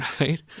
Right